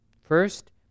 First